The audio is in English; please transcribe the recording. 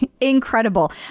incredible